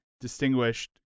distinguished